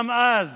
גם אז